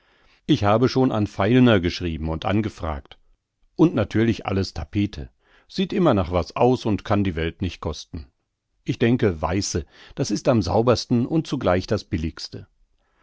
ich habe schon an feilner geschrieben und angefragt und natürlich alles tapete sieht immer nach was aus und kann die welt nicht kosten ich denke weiße das ist am saubersten und zugleich das billigste